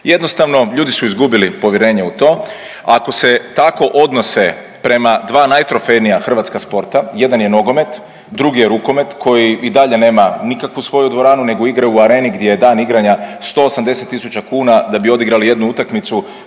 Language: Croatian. Jednostavno ljudi su izgubili povjerenje u to. Ako se tako odnose prema dva najtrofejnija hrvatska sporta, jedan je nogomet, drugi je rukomet koji i dalje nema nikakvu svoju dvoranu nego igra u Areni gdje je dan igranja 180.000 kuna da bi odigrali jednu utakmicu